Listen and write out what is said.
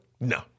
No